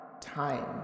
Time